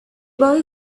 boy